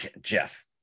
Jeff